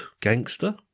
gangster